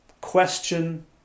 question